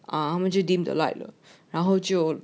啊我们就 dim the light 了然后就